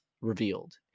revealed